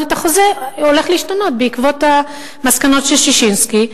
את החוזה הולך להשתנות בעקבות המסקנות של ששינסקי.